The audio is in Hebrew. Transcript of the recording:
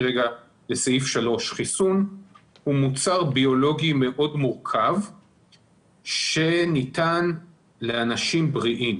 לסעיף 3. חיסון הוא מוצר ביולוגי מאוד מורכב שניתן לאנשים בריאים